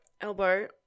elbow